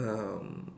um